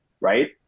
Right